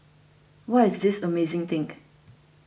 what is this amazing think